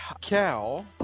Cow